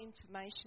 information